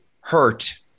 hurt